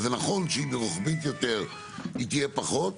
אז זה נכון שאם זה רוחבית יותר, היא תהיה פחות,